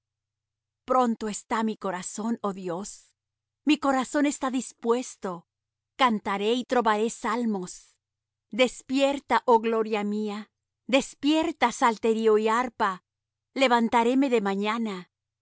pronto está mi corazón oh dios mi corazón está dispuesto cantaré y trovaré salmos despierta oh gloria mía despierta salterio y arpa levantaréme de mañana